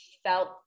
felt